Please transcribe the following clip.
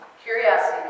Curiosity